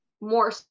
more